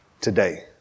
Today